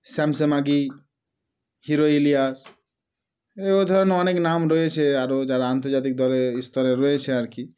স্যামসামাগি হিরো ইলিয়াস এ ও ধরনের অনেক নাম রয়েছে আরও যারা আন্তর্জাতিক দলে স্তরে রয়েছে আর কি